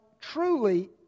truly